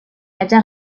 haja